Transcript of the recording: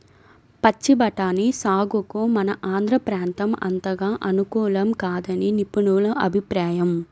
పచ్చి బఠానీ సాగుకు మన ఆంధ్ర ప్రాంతం అంతగా అనుకూలం కాదని నిపుణుల అభిప్రాయం